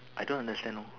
I don't understand lor